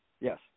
Yes